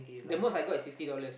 the most I got is sixty dollars